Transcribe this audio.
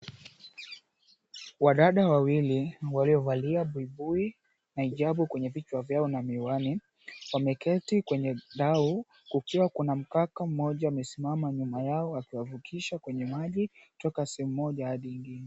Wadada wawili, waliovalia buibui na hijabu kwenye vichwa vyao na miwani, wameketi kwenye dau, kukiwa kuna mkaka mmoja amesimama nyuma yao akiwavukisha kwenye maji kutoka sehemu moja hadi ingine.